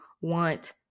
want